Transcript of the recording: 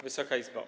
Wysoka Izbo!